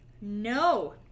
No